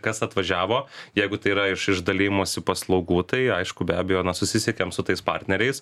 kas atvažiavo jeigu tai yra iš iš dalijimosi paslaugų tai aišku be abejo na susisiekiam su tais partneriais